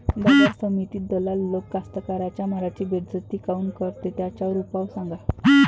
बाजार समितीत दलाल लोक कास्ताकाराच्या मालाची बेइज्जती काऊन करते? त्याच्यावर उपाव सांगा